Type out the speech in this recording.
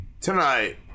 tonight